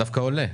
דווקא עולה.